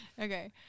okay